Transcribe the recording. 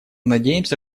надеемся